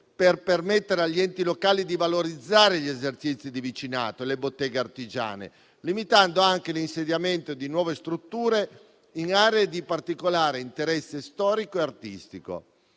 per permettere agli enti locali di valorizzare gli esercizi di vicinato e le botteghe artigiane, limitando anche l'insediamento di nuove strutture in aree di particolare interesse storico e artistico.